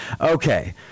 Okay